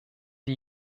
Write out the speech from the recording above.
die